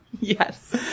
Yes